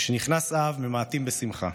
משנכנס אב, ממעטים בשמחה.